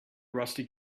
rusty